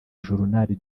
journal